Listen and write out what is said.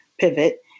pivot